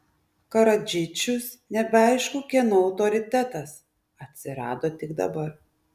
karadžičius nebeaišku kieno autoritetas atsirado tik dabar